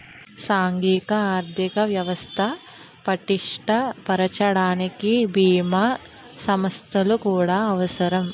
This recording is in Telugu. సాంఘిక ఆర్థిక వ్యవస్థ పటిష్ట పరచడానికి బీమా సంస్థలు కూడా అవసరం